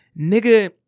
nigga